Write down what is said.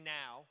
now